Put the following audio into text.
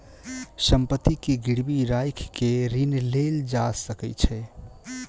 संपत्ति के गिरवी राइख के ऋण लेल जा सकै छै